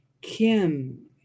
Kim